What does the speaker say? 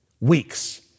Weeks